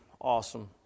awesome